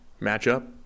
matchup